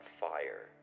fire